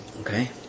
Okay